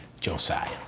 Josiah